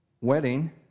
wedding